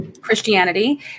Christianity